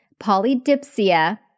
polydipsia